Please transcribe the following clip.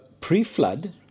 pre-flood